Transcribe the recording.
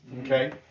Okay